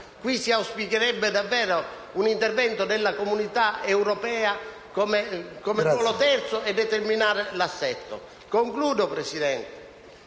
Qui si auspicherebbe davvero un intervento della Comunità europea come ruolo terzo per determinare l'assetto. Concludo con